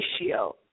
ratio